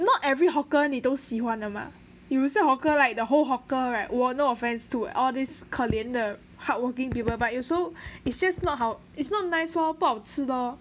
not every hawker 你都喜欢的吗有些 hawker like the whole hawker right 我 no offence to all these 可怜的 hardworking people but 有时候 it's just not how it's not nice lor 不好吃 lor